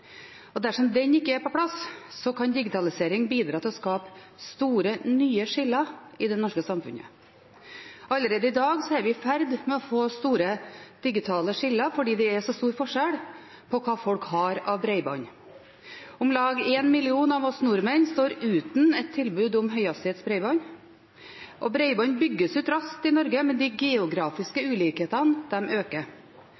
på plass, kan digitalisering bidra til å skape store, nye skiller i det norske samfunnet. Allerede i dag er vi i ferd med å få store digitale skiller fordi det er så stor forskjell på hva folk har av bredbånd. Om lag én million av oss nordmenn står uten et tilbud om høyhastighetsbredbånd. Bredbånd bygges ut raskt i Norge, men de geografiske